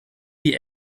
die